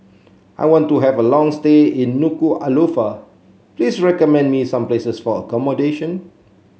I want to have a long stay in Nuku'alofa please recommend me some places for accommodation